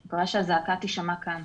אני מקווה שהזעקה תישמע כאן.